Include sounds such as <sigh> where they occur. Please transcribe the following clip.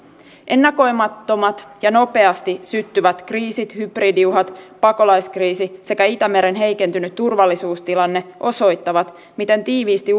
ennakoimattomat ja nopeasti syttyvät kriisit hybridiuhat pakolaiskriisi sekä itämeren heikentynyt turvallisuustilanne osoittavat miten tiiviisti <unintelligible>